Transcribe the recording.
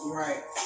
right